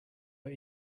but